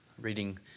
Reading